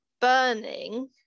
burning